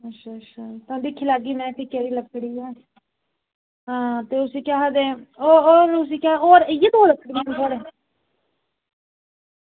अच्छा अच्छा तां दिक्खी लैगी में केह्दी लकड़ी ऐ ते होर उसी केह् आखदे इयै दो लकड़ी ऐ थुआढ़े